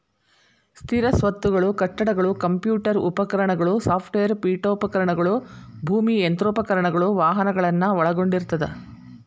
ಸ್ಥಿರ ಸ್ವತ್ತುಗಳು ಕಟ್ಟಡಗಳು ಕಂಪ್ಯೂಟರ್ ಉಪಕರಣಗಳು ಸಾಫ್ಟ್ವೇರ್ ಪೇಠೋಪಕರಣಗಳು ಭೂಮಿ ಯಂತ್ರೋಪಕರಣಗಳು ವಾಹನಗಳನ್ನ ಒಳಗೊಂಡಿರ್ತದ